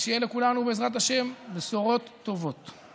שיהיו לכולנו, בעזרת השם, בשורות טובות.